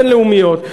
את הבין-לאומיות,